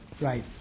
Right